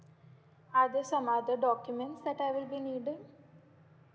are there some other documents that I will be needing